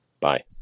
Bye